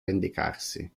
vendicarsi